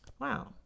Wow